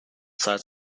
zeit